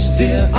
dear